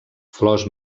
flors